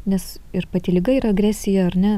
nes ir pati liga ir agresija ar ne